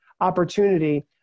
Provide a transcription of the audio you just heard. opportunity